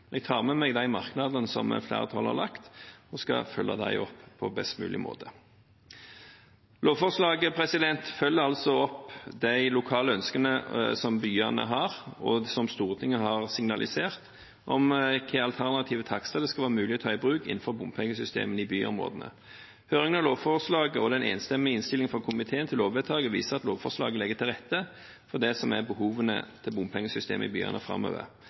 Jeg tar med meg de merknadene som flertallet har lagt inn, og skal følge dem opp på best mulig måte. Lovforslaget følger altså opp de lokale ønskene som byene har, og som Stortinget har signalisert, om hvilke alternative takster det skal være mulig å ta i bruk innenfor bompengesystemet i byområdene. Høringen av lovforslaget og den enstemmige innstillingen fra komiteen til lovvedtaket viser at lovforslaget legger til rette for det som er behovene for bompengesystemet i byene framover.